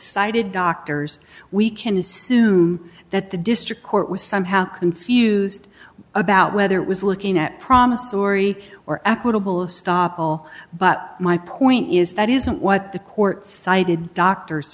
cited doctors we can assume that the district court was somehow confused about whether it was looking at promissory or equitable of stop all but my point is that isn't what the court cited doctors